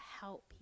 help